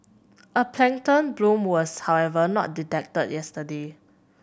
a plankton bloom was however not detected yesterday